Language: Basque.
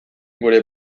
gure